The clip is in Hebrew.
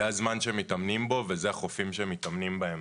זה הזמן שמתאמנים בו וזה החופים שמתאמנים בהם.